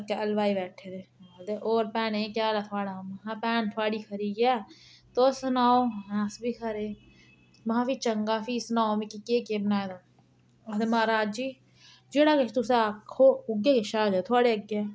उत्थे हलवाई बैठे दे ते आखदे होर भैने केह् हाल ऐ थोआढ़ा महां भैन थोआढ़ी खरी ऐ तोस सनाओ अहें अस बी खरे महां फ्ही चंगा फ्ही सनाओ मिकी केह् केह् बनाए दा आखदे महाराज जी जेह्ड़ा किश तुस आक्खो उ'यै किश हाजर ऐ थोआढ़े अग्गें